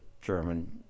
German